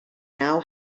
now